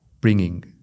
bringing